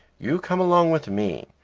you come along with me.